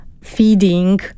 feeding